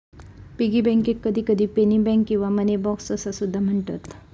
piggy बँकेक कधीकधी penny bank किंवा मनी बॉक्स असो सुद्धा म्हणतत